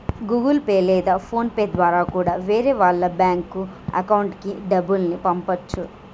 Google pay లేదా PhonePe ద్వారా కూడా వేరే వాళ్ళ బ్యేంకు అకౌంట్లకి డబ్బుల్ని పంపచ్చు